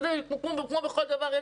כמו בכל דבר,